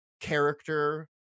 character